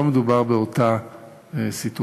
אבל לא מדובר באותה סיטואציה.